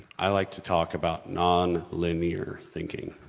i like to talk about non-linear thinking.